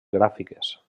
gràfiques